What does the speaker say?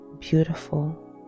beautiful